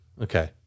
Okay